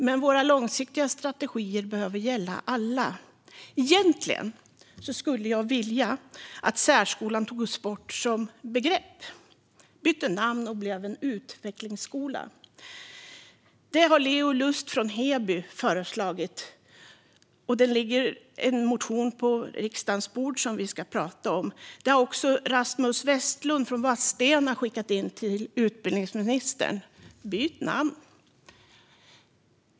Men våra långsiktiga strategier behöver gälla alla. Egentligen skulle jag vilja att särskolan togs bort som begrepp, bytte namn och blev en utvecklingsskola. Det har Leo Lust från Heby föreslagit, och det ligger en motion på riksdagens bord som vi ska prata om. Också Rasmus Westlund från Vadstena har skickat in ett förslag till utbildningsministern. Byt namn!